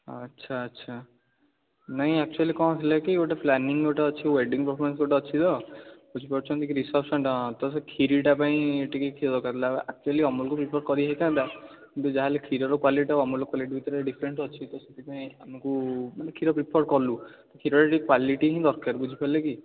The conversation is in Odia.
ଆଚ୍ଛା ଆଚ୍ଛା ନାହିଁ ଆକ୍ଚୁଆଲି କ'ଣ ହେଲା କି ଗୋଟିଏ ପ୍ଲାନିଂ ଗୋଟିଏ ଅଛି ୱେଡିଂ ପର୍ଫର୍ମାନ୍ସ ଗୋଟିଏ ଅଛି ତ ବୁଝିପାରୁଛନ୍ତି କି ରିସେପ୍ସନଟା ହଁ ତ ସେ କ୍ଷୀରିଟା ପାଇଁ ଟିକିଏ କ୍ଷୀର ଦରକାର ଥିଲା ଆକ୍ଚୁଆଲି ଅମୁଲକୁ ପ୍ରିଫର କରି ହୋଇଥାନ୍ତା କିନ୍ତୁ ଯାହା ହେଲେ ବି କ୍ଷୀରର କ୍ୱାଲିଟି ଆଉ ଅମୁଲର କ୍ୱାଲିଟି ଭିତରେ ଡ଼ିଫେରେନ୍ସ ଅଛି ତ ସେଥିପାଇଁ ଆମକୁ ମାନେ କ୍ଷୀର ପ୍ରିଫର କଲୁ କ୍ଷୀରରେ ଟିକିଏ କ୍ୱାଲିଟି ହିଁ ଦରକାର ବୁଝିପାରିଲେ କି